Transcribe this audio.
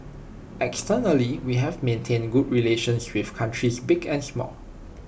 externally we have maintained good relations with countries big and small